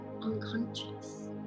unconscious